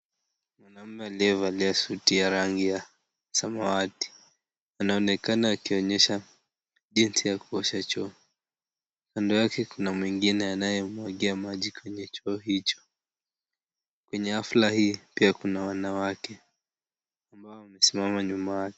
Mwanaume aliyevalia suti ya rangi ya samawati anaonekana akionyesha jinsi ya kuosha choo, kando yake kuna mwingine anayemmwagia maji kwenye choo hicho kwenye hafla hii pia kuna wanawake ambao wamesimama nyuma yake.